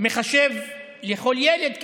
מחשב לכל ילד כמעט,